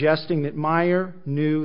suggesting that meyer knew